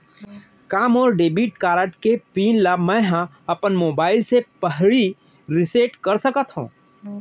का मोर debit card के पिन ल मैं ह अपन मोबाइल से पड़ही रिसेट कर सकत हो?